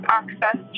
access